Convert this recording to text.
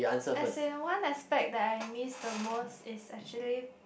as in one aspect that I miss the most is actually